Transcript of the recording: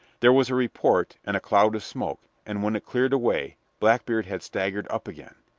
there was a report and a cloud of smoke, and when it cleared away blackbeard had staggered up again.